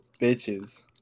bitches